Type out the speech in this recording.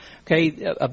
okay